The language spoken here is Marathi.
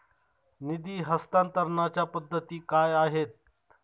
निधी हस्तांतरणाच्या पद्धती काय आहेत?